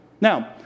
Now